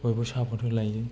बयबो सापर्ट होलायो